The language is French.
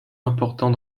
important